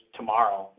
tomorrow